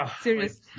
Serious